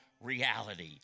reality